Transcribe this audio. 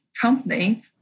company